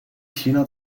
china